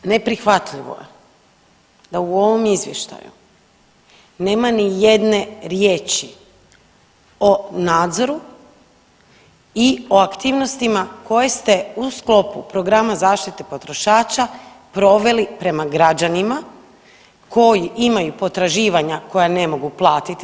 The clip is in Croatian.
Poštovani, neprihvatljivo je da u ovom izvještaju nema ni jedne riječi o nadzoru i o aktivnostima koje ste u sklopu Programa zaštite potrošača proveli prema građanima koji imaju potraživanja koja ne mogu platiti.